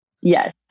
Yes